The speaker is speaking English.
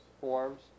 forms